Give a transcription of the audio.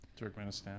Turkmenistan